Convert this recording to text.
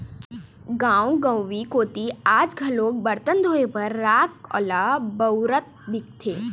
गाँव गंवई कोती आज घलोक बरतन धोए बर राख ल बउरत दिखथे